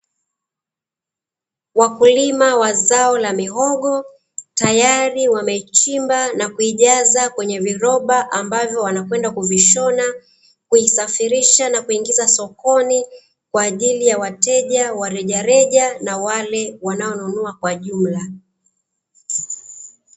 Wakulima wa zao la mihogo tayari wameichimba na kuijaza kwenye viroba, ambavyo wanakwenda kuvishona, kuisafirisha na kuingiza sokoni, kwa ajili ya wateja wa rejareja na wale wanaonunua kwa jumla.